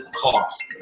cost